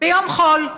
ביום חול,